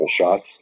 shots